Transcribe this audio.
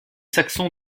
saxons